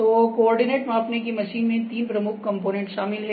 तो कोऑर्डिनेट मापने की मशीन में तीन प्रमुख कॉम्पोनेन्ट शामिल हैं